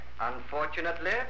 Unfortunately